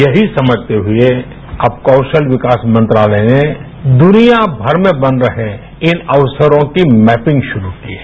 यहीं समझते हुए अब कौशल विकास मंत्रालय ने दुनिया भर में बन रहें इन अक्सरों की मैपिंग शुरू की है